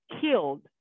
killed